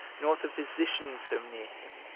nor the physician so near him,